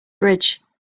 bridge